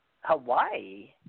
Hawaii